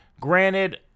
granted